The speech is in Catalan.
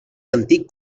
antic